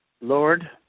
Lord